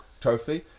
trophy